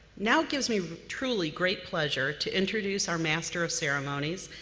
now it gives me truly great pleasure to introduce our master of ceremonies,